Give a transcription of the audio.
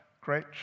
great